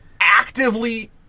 actively